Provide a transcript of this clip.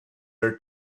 her